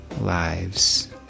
lives